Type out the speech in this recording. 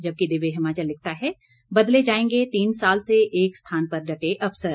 जबकि दिव्य हिमाचल लिखता है बदले जाएंगे तीन साल से एक स्थान पर डटे अफसर